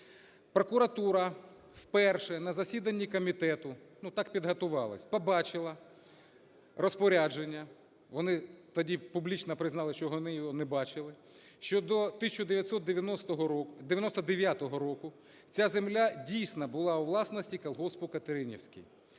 Прокуратура вперше на засіданні комітету, так підготувались, побачила розпорядження, вони тоді публічно признались, що вони його не бачили, що до 1999 року ця земля, дійсно, була у власності колгоспу "Катеринівський".